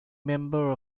member